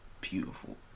beautiful